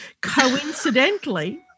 Coincidentally